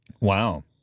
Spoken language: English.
Wow